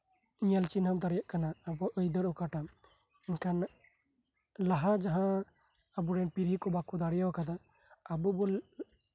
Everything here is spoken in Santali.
ᱧᱮᱞ ᱪᱤᱱᱦᱟᱹᱯ ᱫᱟᱲᱮᱭᱟᱜ ᱠᱟᱱᱟ ᱟᱵᱚᱣᱟᱜ ᱟᱹᱭᱫᱟᱹᱨᱤ ᱚᱠᱟ ᱠᱟᱱᱟ ᱞᱟᱦᱟ ᱡᱟᱸᱦᱟ ᱟᱵᱚᱨᱮᱱ ᱯᱤᱲᱦᱤ ᱠᱚ ᱵᱟᱠᱚ ᱫᱟᱭᱟᱠᱟᱫᱟ ᱟᱵᱚ ᱵᱚᱱ